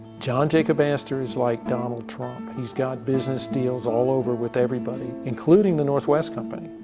john jacob astor is like donald trump. he's got business deals all over with everybody. including the north west co.